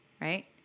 Right